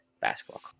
basketball